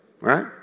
Right